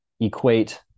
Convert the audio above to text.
equate